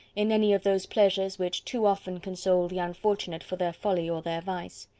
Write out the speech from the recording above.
in any of those pleasures which too often console the unfortunate for their folly or their vice.